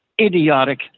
idiotic